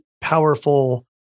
powerful